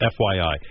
FYI